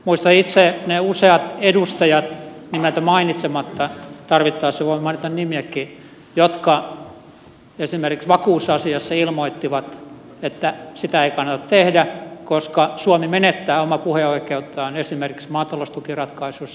muistan itse ne useat edustajat nimeltä mainitsematta tarvittaessa voin mainita nimiäkin jotka esimerkiksi vakuusasiassa ilmoittivat että sitä ei kannata tehdä koska suomi menettää omaa puheoikeuttaan esimerkiksi maataloustukiratkaisuissa